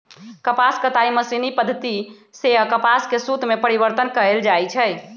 कपास कताई मशीनी पद्धति सेए कपास के सुत में परिवर्तन कएल जाइ छइ